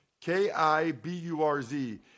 K-I-B-U-R-Z